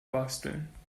basteln